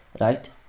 Right